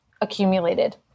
accumulated